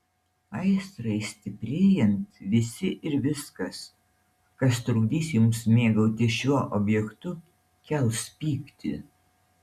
aistrai stiprėjant visi ir viskas kas trukdys jums mėgautis šiuo objektu kels pyktį